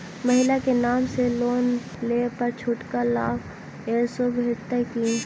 महिला केँ नाम सँ लोन लेबऽ पर छुटक लाभ सेहो भेटत की?